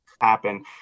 Happen